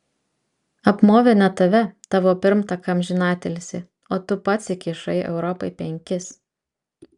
apmovė ne tave tavo pirmtaką amžinatilsį o tu pats įkišai europai penkis